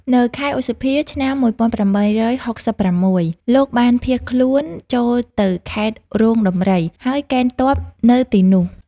នៅខែឧសភា ឆ្នាំ ១៨៦៦ លោកបានភៀសខ្លួនចូលទៅខេត្តរោងដំរី ហើយកេណ្ឌទ័ពនៅទីនោះ។